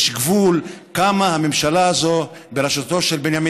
יש גבול כמה הממשלה הזאת בראשותו של בנימין